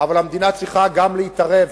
אבל המדינה צריכה גם להתערב,